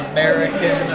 American